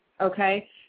Okay